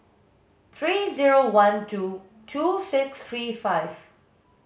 three zero one two two six three five